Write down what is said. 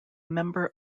member